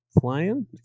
Flying